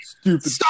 Stupid